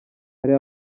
hari